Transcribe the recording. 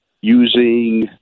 using